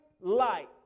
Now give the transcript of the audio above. light